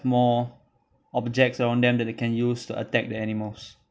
more objects around them that they can use to attack the animals